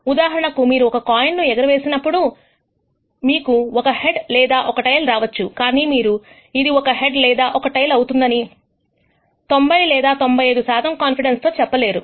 ఉదాహరణకు మీరు ఒక కాయిన్ ను ఎగరవేస్తే మీకు ఒక హెడ్ లేదా ఒక టెయిల్ రావచ్చు కానీ మీరు ఇది ఒక హెడ్ లేదా ఒక టెయిల్ అవుతుంది అని 90 లేదా 95 శాతం కాన్ఫిడెన్స్ తో చెప్పలేరు